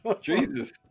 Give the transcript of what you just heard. Jesus